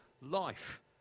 life